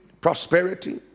prosperity